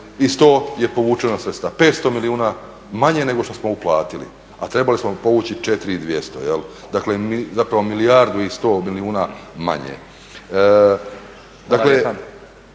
i 100 je povučeno sredstava. 500 milijuna manje nego što smo uplatili, a trebali smo povući 4 i 200, zapravo milijardu i 100 milijuna manje.